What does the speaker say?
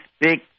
big